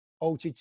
OTT